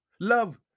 Love